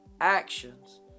actions